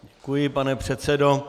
Děkuji, pane předsedo.